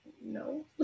no